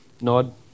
nod